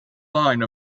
nine